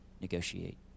negotiate